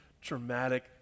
dramatic